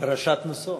פרשת נשא.